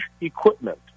equipment